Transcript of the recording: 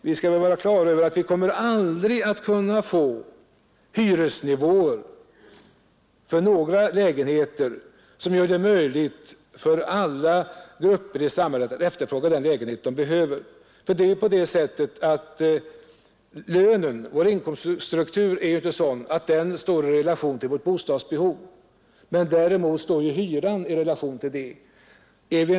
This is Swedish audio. Vi skall vara på det klara med att vi aldrig för några lägenheter kommer att få hyresnivåer som gör det möjligt för alla grupper i samhället att efterfråga den lägenhet de behöver. Vår inkomststruktur är ju inte sådan att lönen står i relation till vårt bostadsbehov. Däremot står hyran i relation till bostadsbehovet.